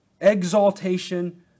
Exaltation